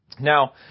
Now